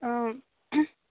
অঁ